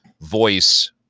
voice